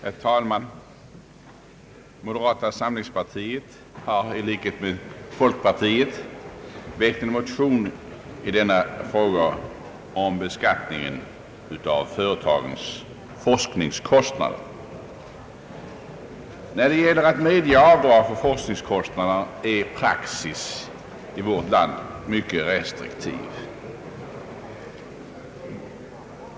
Herr talman! Moderata samlingspartiet har i likhet med folkpartiet väckt en motion i denna fråga om rätt till avdrag vid beskattningen av företagens forskningskostnader. När det gäller att medge avdrag för sådana kostnader är praxis i vårt land mycket restriktiv.